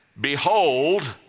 behold